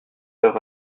heure